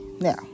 Now